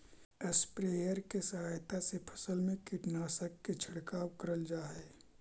sprayer के सहायता से फसल में कीटनाशक के छिड़काव करल जा हई